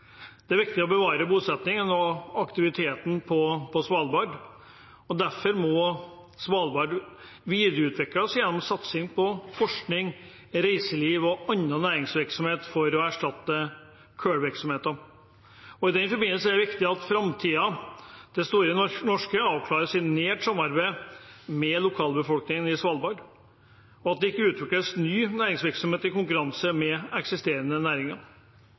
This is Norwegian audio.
Det er viktig å bevare bosetningen og aktiviteten på Svalbard. Derfor må Svalbard videreutvikles gjennom satsing på forskning, reiseliv og annen næringsvirksomhet for å erstatte kullvirksomheten. I den forbindelse er det viktig at framtiden til Store Norske avklares i nært samarbeid med lokalbefolkningen på Svalbard, og at det ikke utelukkes ny næringsvirksomhet i konkurranse med eksisterende næringer.